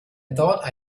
thought